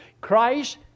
Christ